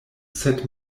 sed